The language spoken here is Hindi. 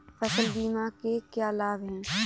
फसल बीमा के क्या लाभ हैं?